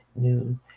New